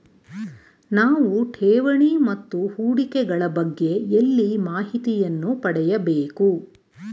ನಾವು ಠೇವಣಿ ಮತ್ತು ಹೂಡಿಕೆ ಗಳ ಬಗ್ಗೆ ಎಲ್ಲಿ ಮಾಹಿತಿಯನ್ನು ಪಡೆಯಬೇಕು?